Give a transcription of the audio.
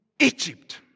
Egypt